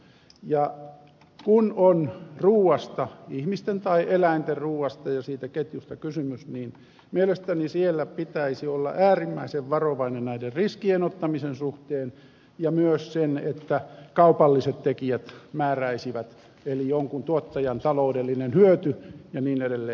ja kun on ruoasta ihmisten tai eläinten ruoasta ja siitä ketjusta kysymys mielestäni siellä pitäisi olla äärimmäisen varovainen näiden riskien ottamisen suhteen ja myös sen että kaupalliset tekijät määräisivät eli jonkun tuottajan taloudellinen hyöty ja niin edelleen